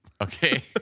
Okay